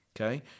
Okay